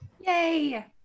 Yay